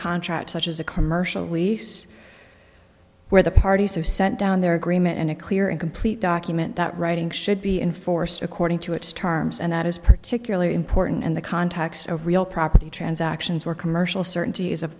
contract such as a commercial lease where the parties who sent down their agreement in a clear and complete document that writing should be enforced according to its terms and that is particularly important in the context a real property transactions or commercial certainty is of